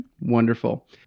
Wonderful